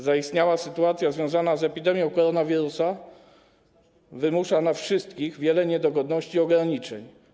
Zaistniała sytuacja związana z epidemią koronawirusa wymusza na wszystkich wiele niedogodności i ograniczeń.